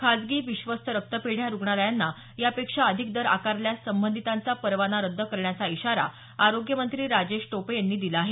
खासगी विश्वस्त रक्तपेढ्या रुग्णालयांना यापेक्षा अधिक दर आकारल्यास संबंधितांचा परवाना रद्द करण्याचा इशारा आरोग्यमंत्री राजेश टोपे यांनी दिला आहे